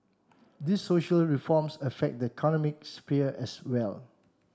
these social reforms affect the economic sphere as well